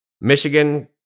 Michigan